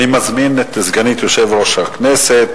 אני מזמין את סגנית יושב-ראש הכנסת,